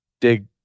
dig